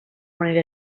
manera